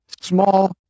small